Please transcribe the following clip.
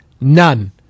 None